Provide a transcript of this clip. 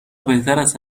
بهتراست